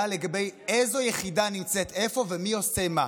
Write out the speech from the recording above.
לגבי איזו יחידה נמצאת איפה ומי עושה מה.